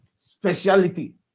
speciality